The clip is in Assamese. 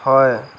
হয়